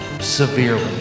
severely